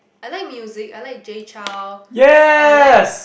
I like music I like Jay-Chou I like